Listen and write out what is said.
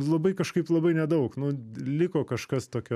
labai kažkaip labai nedaug nu liko kažkas tokio